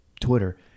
Twitter